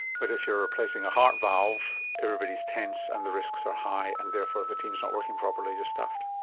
but if you are replacing a heart valve, everybody is tense and the risks are high and therefore the team is not working properly, you're stuffed.